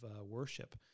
worship